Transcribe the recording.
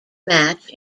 match